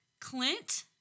Clint